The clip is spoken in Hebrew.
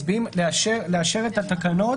מצביעים על אישור התקנות